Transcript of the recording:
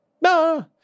No